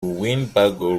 winnebago